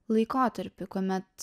laikotarpį kuomet